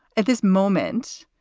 at this moment,